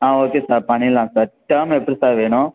ஆ okay sir பண்ணிடலாம் sir term எப்படி sir வேணும்